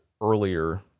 earlier